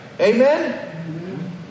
Amen